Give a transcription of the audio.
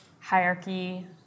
hierarchy